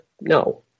No